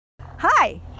Hi